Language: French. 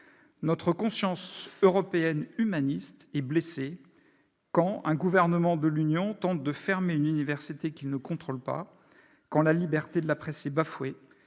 Notre conscience européenne et humaniste est blessée quand le gouvernement d'un État membre de l'Union tente de fermer une université qu'il ne contrôle pas, quand la liberté de la presse est bafouée,